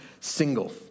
single